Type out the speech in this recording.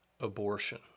Abortion